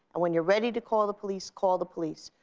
and when you're ready to call the police, call the police.